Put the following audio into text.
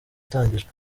itangijwe